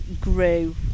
grew